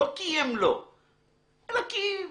לא כי הם לא,